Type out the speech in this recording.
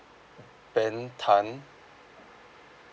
ben tan